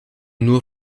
nur